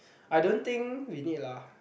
I don't think we need lah